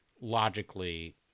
logically